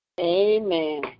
Amen